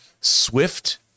swift